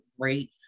great